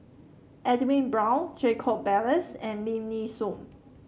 Edwin Brown Jacob Ballas and Lim Nee Soon